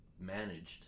managed